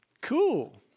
Cool